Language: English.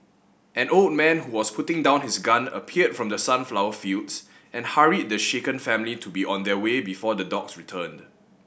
an old man who was putting down his gun appeared from the sunflower fields and hurried the shaken family to be on their way before the dogs returned